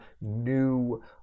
new